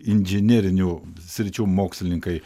inžinerinių sričių mokslininkai